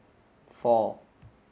four